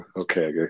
Okay